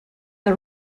der